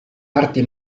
arti